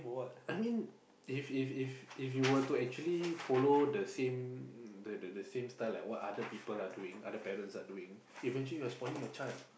I mean if if if if you were to actually follow the same the the the same style like what other people are doing other parents are doing eventually you're spoiling your child